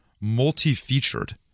multi-featured